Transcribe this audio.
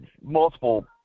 multiple